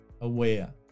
aware